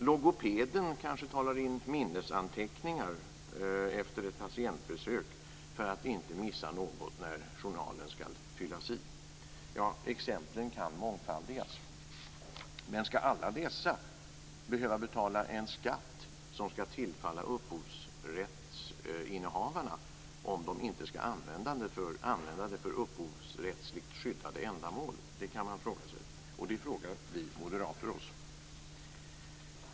Logopeden kanske talar in minnesanteckningar efter ett patientbesök för att inte missa något när journalen skall fyllas i. Ja, exemplen kan mångfaldigas. Men skall alla dessa behöva betala en skatt som skall tillfalla upphovsrättshavarna om de inte skall använda det för upphovsrättsligt skyddade ändamål? kan man fråga sig. Och det frågar vi moderater oss.